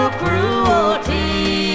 cruelty